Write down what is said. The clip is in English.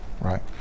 right